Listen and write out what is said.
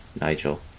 Nigel